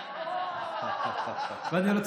אוה, כל הכבוד.